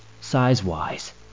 Size-wise